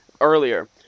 earlier